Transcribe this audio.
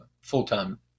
full-time